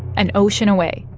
an ocean away,